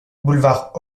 boulevard